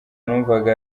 numvaga